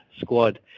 squad